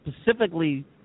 specifically